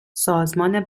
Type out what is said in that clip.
سازمان